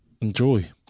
enjoy